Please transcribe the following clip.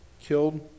killed